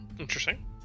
Interesting